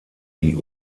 die